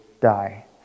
die